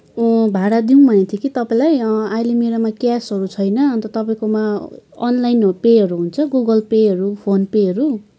भाडा दिउँ भनेको थिएँ कि तपाईँलाई अहिले मेरोमा क्यासहरू छैन अन्त तपाईँकोमा अनलाइन पेहरू हुन्छ गुगल पेहरू फोन पेहरू